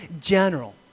general